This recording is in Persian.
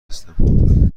هستم